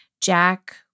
Jack